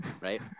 right